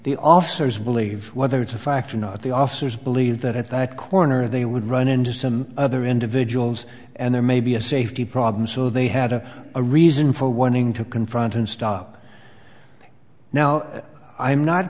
the officers believe whether it's a fact or not the officers believe that at that corner they would run into some other individuals and there may be a safety problem so they had a reason for wanting to confront and stop now i'm not